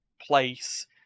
place